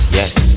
yes